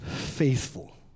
faithful